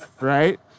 Right